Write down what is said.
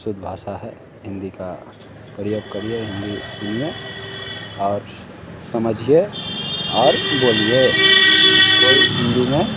शुद्ध भाषा है हिन्दी का प्रयोग करिए हिन्दी सुनिए और समझिए और बोलिए कोई हिन्दी में